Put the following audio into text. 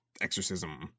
exorcism